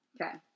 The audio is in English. Okay